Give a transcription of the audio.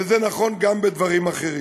וזה נכון גם בדברים אחרים".